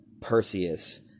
Perseus